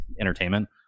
entertainment